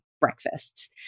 breakfasts